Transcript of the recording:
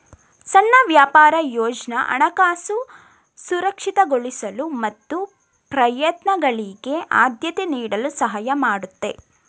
ಸಣ್ಣ ವ್ಯಾಪಾರ ಯೋಜ್ನ ಹಣಕಾಸು ಸುರಕ್ಷಿತಗೊಳಿಸಲು ಮತ್ತು ಪ್ರಯತ್ನಗಳಿಗೆ ಆದ್ಯತೆ ನೀಡಲು ಸಹಾಯ ಮಾಡುತ್ತೆ